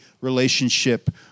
relationship